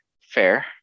fair